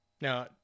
Now